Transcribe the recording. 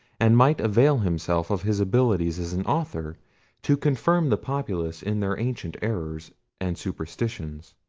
and might avail himself of his abilities as an author to confirm the populace in their ancient errors and superstitions.